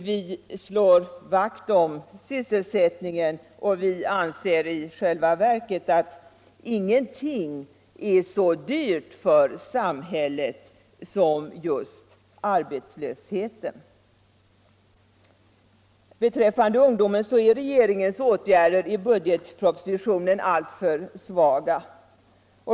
Vi slår vakt om sysselsättningen och vi anser i själva verket att ingenting är så dyrt för samhället som just arbetslösheten. Beträffande ungdomen är regeringens åtgärder i budgetpropositionen alltför svaga.